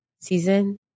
season